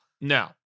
No